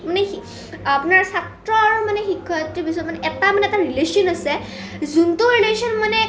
মানে আপোনাৰ ছাত্ৰৰ মানে শিক্ষয়িত্ৰী পিছত মানে এটা মানে এটা ৰিলেচন আছে যোনটো ৰিলেচন মানে